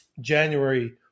January